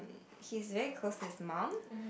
he's very close his mum